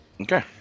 okay